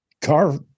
car